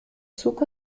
zug